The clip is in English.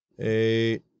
Eight